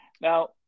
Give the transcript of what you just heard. Now